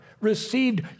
received